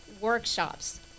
workshops